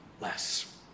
less